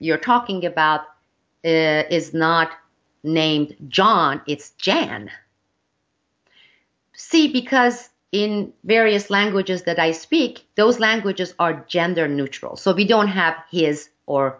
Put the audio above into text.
you're talking about is not named john it's jan c because in various languages that i speak those languages are gender neutral so we don't have he is or